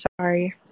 sorry